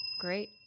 Great